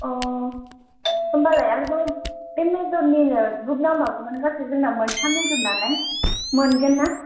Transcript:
अ होनबालाय आरोबाव बे मोजरनिनो बुक नांबावगौमोन गासै जोंना मोनथाम मेजर नालाय मोनगोन ना